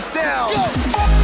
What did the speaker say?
down